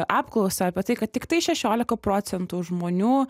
apklausą apie tai kad tiktai šešiolika procentų žmonių